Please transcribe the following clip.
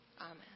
Amen